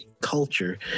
culture